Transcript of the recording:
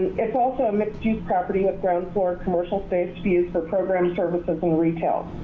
it's also a mixed use property of ground for commercial space to use for program services in retail.